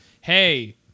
Hey